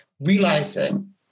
realizing